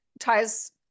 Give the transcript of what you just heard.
ties